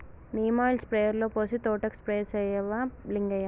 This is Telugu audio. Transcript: నీమ్ ఆయిల్ స్ప్రేయర్లో పోసి తోటకు స్ప్రే చేయవా లింగయ్య